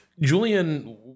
julian